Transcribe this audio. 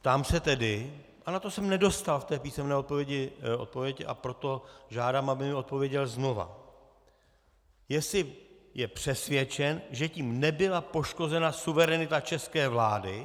Ptám se tedy, a na to jsem nedostal v písemném vyjádření odpověď, a proto žádám, aby mi odpověděl znovu, jestli je přesvědčen, že tím nebyla poškozena suverenita české vlády.